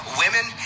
women